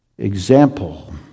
Example